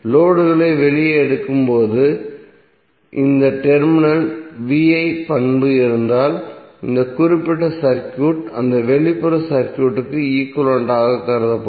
லோடுகளை வெளியே எடுக்கும் போது இந்த டெர்மினலில் V I பண்பு இருந்தால் இந்த குறிப்பிட்ட சர்க்யூட் அந்த வெளிப்புற சர்க்யூட்க்கு ஈக்விவலெண்ட் ஆக கருதப்படும்